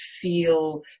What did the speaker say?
feel